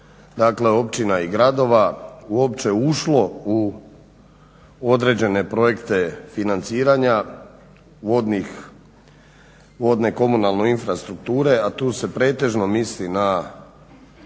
dakle općina i gradova uopće ušlo u određene projekte financiranja vodno-komunalne infrastrukture, a tu se pretežno misli na